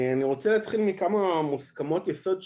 אני רוצה להתחיל מכמה מוסכמות יסוד.